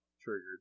Triggered